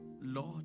Lord